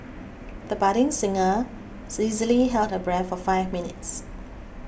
the budding singer easily held her breath for five minutes